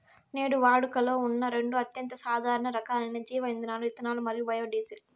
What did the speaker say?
నేడు వాడుకలో ఉన్న రెండు అత్యంత సాధారణ రకాలైన జీవ ఇంధనాలు ఇథనాల్ మరియు బయోడీజిల్